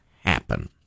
happen